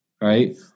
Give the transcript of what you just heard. Right